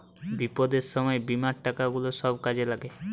বিপদের সময় বীমার টাকা গুলা সব কাজে লাগে